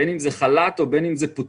בין אם זה חל"ת או בין אם פוטרו.